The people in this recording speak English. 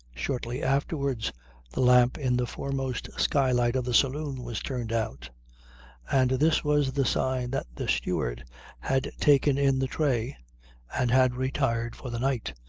shortly afterwards the lamp in the foremost skylight of the saloon was turned out and this was the sign that the steward had taken in the tray and had retired for the night.